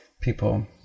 people